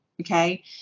okay